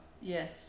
yes